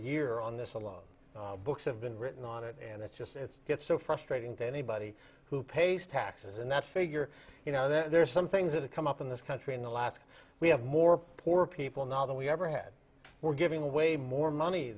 year on this a lot of books have been written on it and it's just it's just so frustrating to anybody who pays taxes and that figure you know that there are some things that come up in this country in the last we have more poor people now than we ever had we're giving away more money